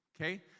okay